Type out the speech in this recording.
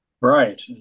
Right